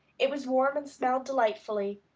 it was warm and smelled delightfully.